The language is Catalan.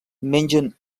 mengen